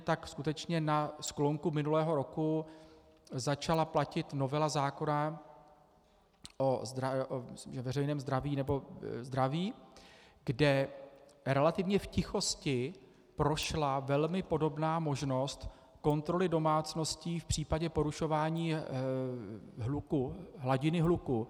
Tak skutečně na sklonku minulého roku začala platit novela zákona o veřejném zdraví, nebo o zdraví, kde relativně v tichosti prošla velmi podobná možnost kontroly domácností v případě porušování hladiny hluku.